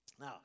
Now